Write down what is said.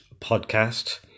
podcast